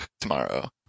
tomorrow